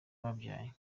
babyaye